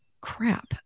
crap